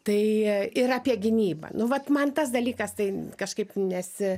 tai ir apie gynybą nu vat man tas dalykas tai kažkaip nesi